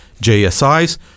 JSIs